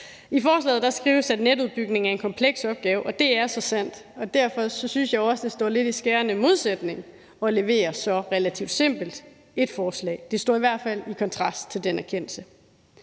I forslaget skrives der, at netudbygningen er en kompleks opgave, og det er så sandt. Derfor synes jeg jo også, at det lidt står i skærende kontrast til at levere så relativt simpelt et forslag. Det står i hvert fald i kontrast til den erkendelse.